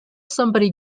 somebody